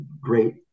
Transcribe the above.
great